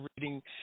reading